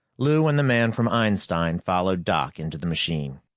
lou and the man from einstein followed doc into the machine.